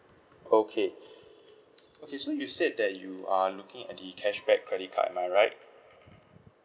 okay okay so you said that you are looking at the cashback credit card am I right